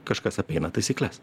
kažkas apeina taisykles